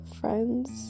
friends